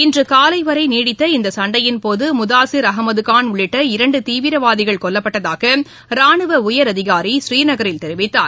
இன்று காலை வரை நீடித்த இந்த சண்டையின் போது முதாஸீர் அகமது கான் உள்ளிட்ட இரண்டு தீவிரவாதிகள் கொல்லப்பட்டதாக ரானுவ உயரதிகாரி ஸ்ரீநகரில் தெரிவித்துள்ளார்